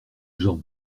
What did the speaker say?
gens